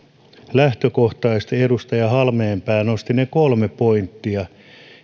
lähtökohtaisesti edustaja halmeenpää nosti esille ne kolme pointtia